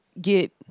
get